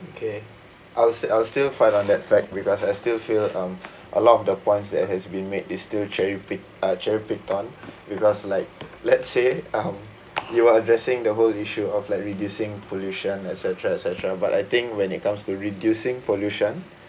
okay I'll still I'll still fight on that fact because I still feel um a lot of the points that has been made is still cherry-picked uh cherry-picked on because like let's say um you are addressing the whole issue of like reducing pollution et cetera et cetera but I think when it comes to reducing pollution